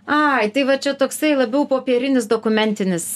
ai ta va čia toksai labiau popierinis dokumentinis